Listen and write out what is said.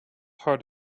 hard